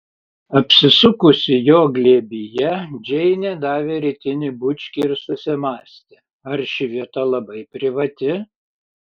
apsisukusi jo glėbyje džeinė davė rytinį bučkį ir susimąstė ar ši vieta labai privati